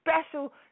special